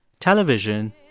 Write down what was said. television,